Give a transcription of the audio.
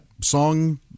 song